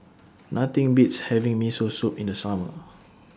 Nothing Beats having Miso Soup in The Summer